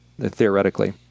Theoretically